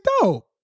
dope